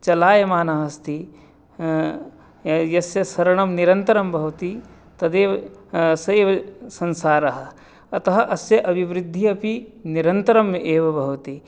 चलायमानः अस्ति यस्य सरणं निरन्तरं भवति तदेव सः एव संसारः अतः अस्य अभिवृद्धिः अपि निरन्तरम् एव भवति